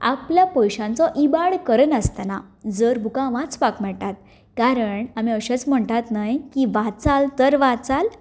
आपल्या पयशांचो इबाड करनासतना जर बुकां वाचपाक मेळटात कारण आमी अशेंच म्हणटात न्हय की वाचाल तर वाचाल